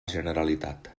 generalitat